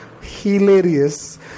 hilarious